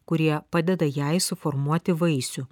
kurie padeda jai suformuoti vaisių